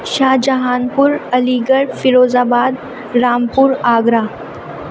Shahjahanpur Aligarh Firozabad Rampur Agra